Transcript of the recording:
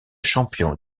champion